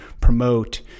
promote